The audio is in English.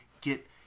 get